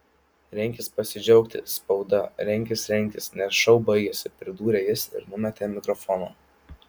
renkis pasidžiaugti spauda renkis renkis nes šou baigėsi pridūrė jis ir numetė mikrofoną